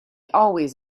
always